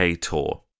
tour